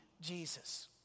Jesus